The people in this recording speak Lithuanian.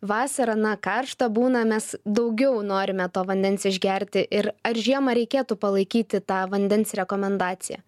vasarą na karšta būna mes daugiau norime to vandens išgerti ir ar žiemą reikėtų palaikyti tą vandens rekomendaciją